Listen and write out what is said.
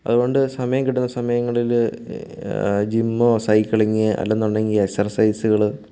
അതുകൊണ്ട് സമയം കിട്ടുന്ന സമയങ്ങളിൽ ജിമ്മോ സൈക്ളിങ്ങ് എക്സ്ർസൈസുകൾ